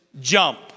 Jump